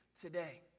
today